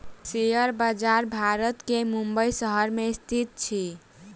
share बजार भारत के मुंबई शहर में स्थित अछि